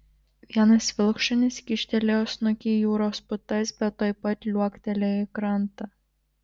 vienas vilkšunis kyštelėjo snukį į jūros putas bet tuoj pat liuoktelėjo į krantą